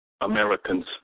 Americans